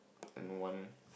and no one